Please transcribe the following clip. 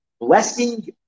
blessing